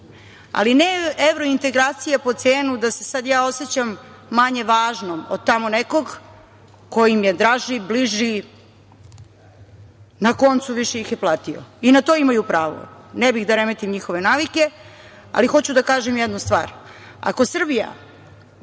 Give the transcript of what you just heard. ali ne evrointegracije po cenu da se sada ja osećam manje važnom od tamo nekog koji im je draži, bliži, na koncu, više ih je platio i na to imaju pravu. Ne bih da remetim njihove navike, ali hoću da kažem jednu stvar. Ako Srbija